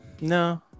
No